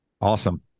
Awesome